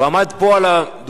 הוא עמד פה על הדוכן,